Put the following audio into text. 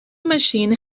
machine